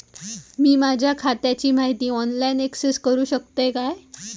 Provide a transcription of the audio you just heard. मी माझ्या खात्याची माहिती ऑनलाईन अक्सेस करूक शकतय काय?